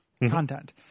content